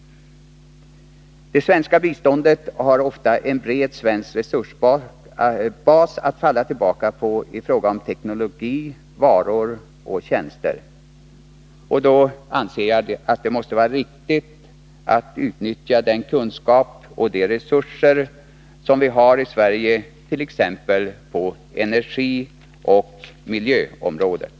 Det svenska biståndet har ofta en bred svensk resursbas att falla tillbaka på i fråga om teknologi, varor och tjänster. Jag anser att det måste vara riktigt att utnyttja den kunskap och de resurser som vi har i Sverige på t.ex. energioch miljöområdena.